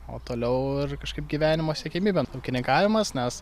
o toliau ir kažkaip gyvenimo siekiamybe ūkininkavimas nes